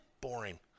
boring